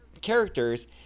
characters